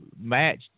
match